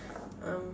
um